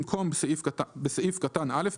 בסעיף קטן (א),